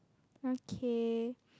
okay